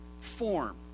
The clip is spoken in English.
form